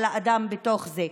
על האדם בתוך זה.